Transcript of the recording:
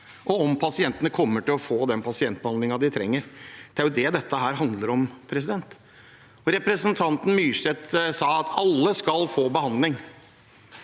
om pasientene kommer til å få den pasientbehandlingen de trenger. Det er det dette handler om. Representanten Myrseth sa at alle skal få behandling.